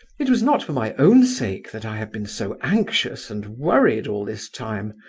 it was not for my own sake that i have been so anxious and worried all this time!